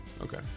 Okay